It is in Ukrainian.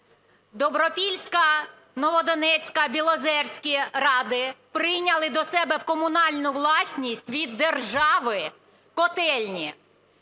Добропільська, Новодонецька, Білозерська ради прийняли до себе в комунальну власність від держави котельні.